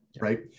Right